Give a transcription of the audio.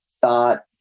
thought